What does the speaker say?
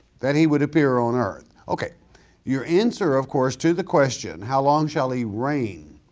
that he would appear on earth. okay your answer of course to the question, how long shall he reign?